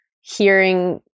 hearing